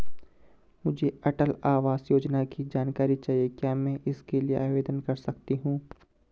मुझे अटल आवास योजना की जानकारी चाहिए क्या मैं इसके लिए आवेदन कर सकती हूँ?